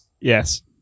Yes